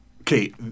Okay